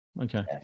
Okay